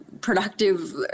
productive